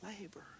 labor